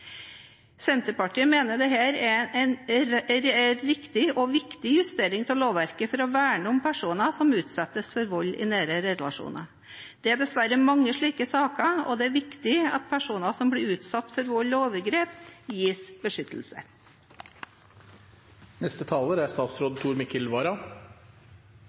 Senterpartiet mener dette er en riktig og viktig justering av lovverket for å verne om personer som utsettes for vold i nære relasjoner. Det er dessverre mange slike saker, og det er viktig at personer som blir utsatt for vold og overgrep, gis beskyttelse.